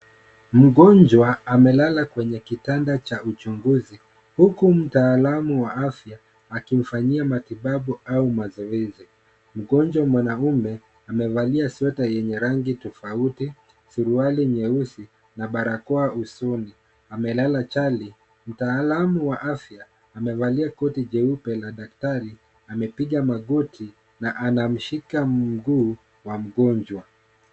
Mgonjwa amelala kwenye kitanda cha uchunguzi, huku mtaalamu wa afya akimfanyia matibabu au mazoezi. Mgonjwa mwanaume amevalia sweta yenye rangi tofauti suruali nyeusi, na barakoa usoni, amelala chali. Mtaalamu wa afya amevalia koti jeupe la daktari amepiga magoti na anamshika mguu wa mgonjwa.